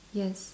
yes